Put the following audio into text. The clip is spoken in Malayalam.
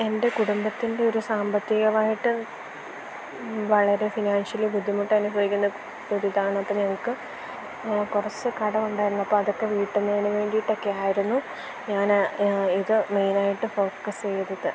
എൻ്റെ കുടുംബത്തിന്റെ ഒരു സാമ്പത്തികമായിട്ടും വളരെ ഫിനാൻഷ്യലി ബുദ്ധിമുട്ട് അനുഭവിക്കുന്ന ഒരിതാണ് അപ്പോള് ഞങ്ങള്ക്ക് കുറച്ച് കടമുണ്ടായിരുന്നു അപ്പോള് അതൊക്കെ വീട്ടുന്നതിന് വേണ്ടിയിട്ടൊക്കെയായിരുന്നു ഞാന് ഇത് മെയ്നായിട്ട് ഫോക്കസ് ചെയ്തത്